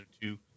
two